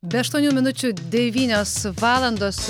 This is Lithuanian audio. be aštuonių minučių devynios valandos